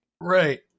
right